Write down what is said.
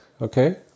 Okay